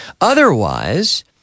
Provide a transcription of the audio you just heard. Otherwise